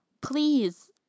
Please